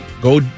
go